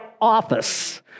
office